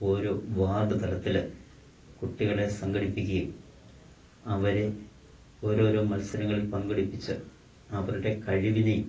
ഓരോ വാർഡ് തലത്തിൽ കുട്ടികളേ സംഘടിപ്പിക്കുകയും അവരെ ഓരോരോ മത്സരങ്ങളിൽ പങ്കെടുപ്പിച്ച് അവരുടെ കഴിവിനെയും